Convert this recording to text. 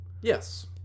Yes